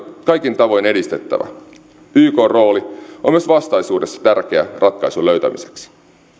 kaikin tavoin edistettävä ykn rooli on myös vastaisuudessa tärkeä ratkaisun löytämiseksi